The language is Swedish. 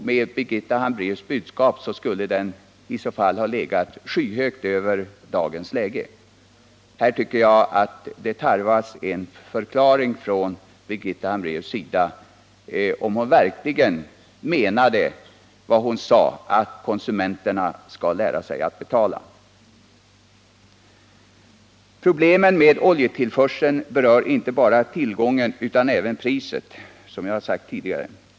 Om Birgitta Hambraeus budskap hade följts skulle hyran ha legat skyhögt över vad den är i dagens läge. Här tycker jag att det tarvas en förklaring av Birgitta Hambraeus om hon verkligen menade vad hon sade om att konsumenterna skall lära sig att betala. Problemen med oljetillförseln berör, som jag sagt tidigare, inte bara tillgången på olja utan även priset.